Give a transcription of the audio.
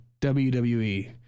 WWE